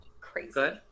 Crazy